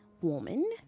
woman